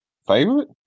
Favorite